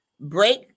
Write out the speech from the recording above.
break